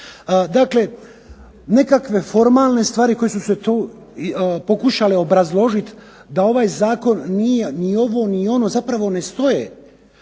Dakle, nekakve formalne stvari koje su se pokušale obrazložit da ovaj zakon nije ni ovo ni ono zapravo ne stoje.